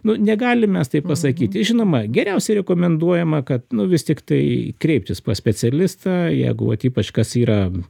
nu negalim mes taip pasakyti žinoma geriausia rekomenduojama kad vis tiktai kreiptis pas specialistą jeigu vat ypač kas yra